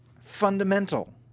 fundamental